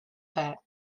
that